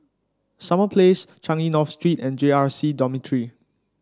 Summer Place Changi North Street and J R C Dormitory